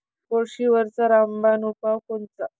कोळशीवरचा रामबान उपाव कोनचा?